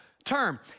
Term